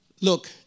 Look